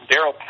Daryl